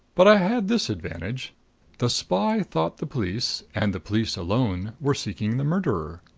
but i had this advantage the spy thought the police, and the police alone, were seeking the murderer.